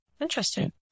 Interesting